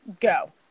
go